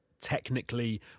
technically